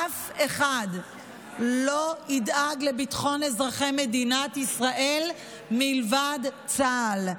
אף אחד לא ידאג לביטחון אזרחי מדינת ישראל מלבד צה"ל,